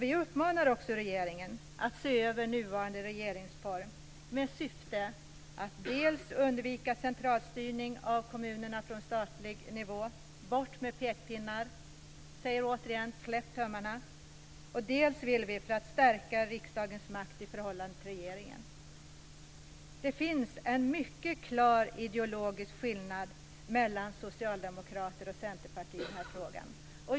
Vi uppmanar regeringen att se över nuvarande regeringsform med syfte att dels undvika centralstyrning av kommunerna från statlig nivå - bort med pekpinnar, släpp tömmarna - dels stärka riksdagens makt i förhållande till regeringen. Det finns en mycket klar ideologisk skillnad mellan socialdemokrater och centerpartister i frågan.